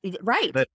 right